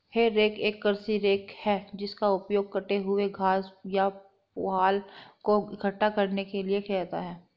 हे rake एक कृषि rake है जिसका उपयोग कटे हुए घास या पुआल को इकट्ठा करने के लिए किया जाता है